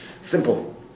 Simple